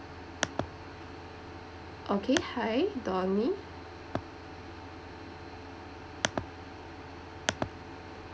okay hi donny